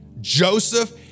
Joseph